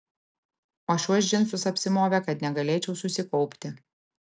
o šiuos džinsus apsimovė kad negalėčiau susikaupti